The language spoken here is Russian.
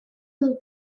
был